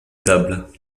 tables